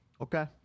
Okay